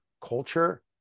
culture